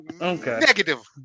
negative